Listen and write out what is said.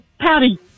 Patty